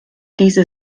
diese